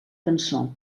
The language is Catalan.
cançó